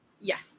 Yes